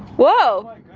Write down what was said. whoa.